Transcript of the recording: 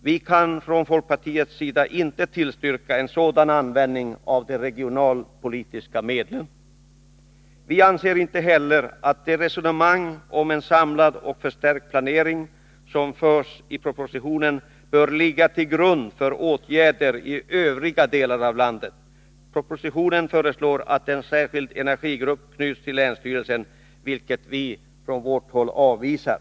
Vi kan från folkpartiets sida inte tillstyrka en sådan användning av de regionalpolitiska medlen. Vi anser inte heller att de resonemang om en samlad och förstärkt planering som förs i propositionen bör ligga till grund för åtgärder i övriga delar av landet. I propositionen föreslås vidare att en särskild energigrupp skall knytas till länsstyrelsen, vilket vi avvisar.